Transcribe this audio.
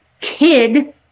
kid